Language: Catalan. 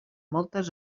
moltes